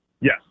Yes